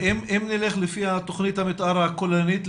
ואם נלך לפי התכנית מתאר הכוללנית,